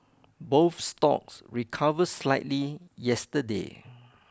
both stocks recover slightly yesterday